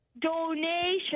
donation